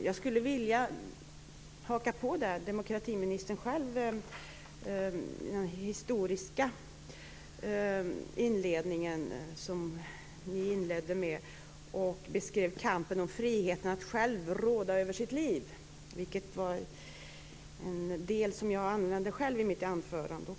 Jag skulle vilja haka på vad demokratiministern själv sade i sin historiska inledning, där hon beskrev kampen för frihet och för att själv råda över sitt liv. Det var en del som jag själv använde i mitt anförande.